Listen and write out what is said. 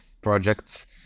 projects